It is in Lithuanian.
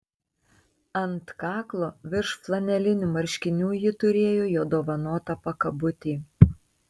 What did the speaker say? ant kaklo virš flanelinių marškinių ji turėjo jo dovanotą pakabutį